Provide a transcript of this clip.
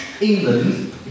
England